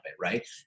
right